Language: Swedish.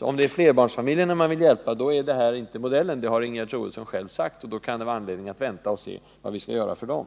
Om det är flerbarnsfamiljerna som man vill hjälpa är detta, som Ingegerd Troedsson själv har sagt, inte den rätta modellen. Därför kan det vara anledning att vänta och se vad vi kan göra för dem.